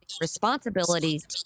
responsibilities